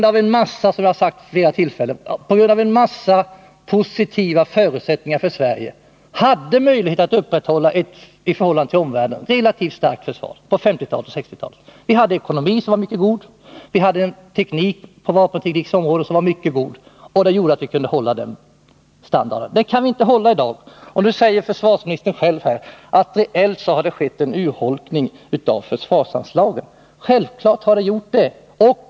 Då hade vi i Sverige — vilket jag har sagt vid flera tillfällen — på grund av en mängd positiva förutsättningar möjligheter att upprätthålla ett i förhållande till omvärlden relativt starkt försvar. Vi hade då en mycket god ekonomi och ett mycket stort tekniskt kunnande på vapenteknikområdet. Det gjorde att vi kunde hålla en hög standard, men det kan vi inte i dag. Försvarsministern säger själv att det reellt har skett en urholkning av försvarsanslaget. Självfallet har det skett en sådan.